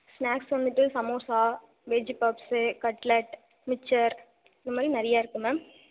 snacks வந்துட்டு samosa veg puffs cutlet mixture இந்த மாதிரி நிறைய இருக்கும் மேம்